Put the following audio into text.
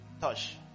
touch